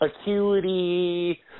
acuity